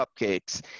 cupcakes